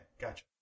gotcha